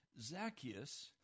Zacchaeus